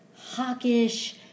hawkish